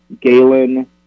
Galen